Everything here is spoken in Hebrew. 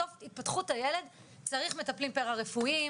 בסוף התפתחות הילד צריך מטפלים פרה-רפואיים,